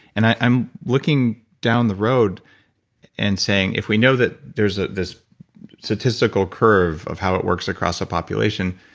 and i'm looking down the road and saying if we know that there is ah this statistical curve of how it works across a population,